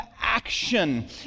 action